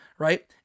right